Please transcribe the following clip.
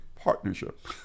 partnership